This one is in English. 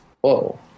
whoa